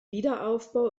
wiederaufbau